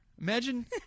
Imagine